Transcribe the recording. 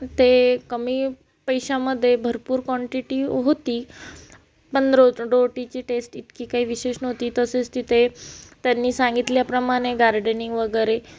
ते कमी पैशामध्ये भरपूर क्वॉन्टिटी होती पण रो रोटीची टेस्ट इतकी काही विशेष नव्हती तसेच तिथे त्यांनी सांगितल्याप्रमाणे गार्डनिंग वगैरे